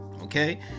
okay